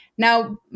Now